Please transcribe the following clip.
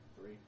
Three